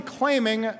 claiming